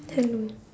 hello